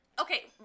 okay